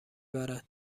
برد